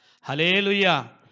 Hallelujah